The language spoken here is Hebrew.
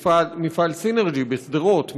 מפעל סינרג'י בשדרות,